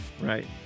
Right